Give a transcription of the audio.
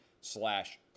slash